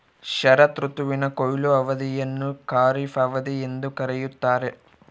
ಶರತ್ ಋತುವಿನ ಕೊಯ್ಲು ಅವಧಿಯನ್ನು ಖಾರಿಫ್ ಅವಧಿ ಎಂದು ಕರೆಯುತ್ತಾರೆ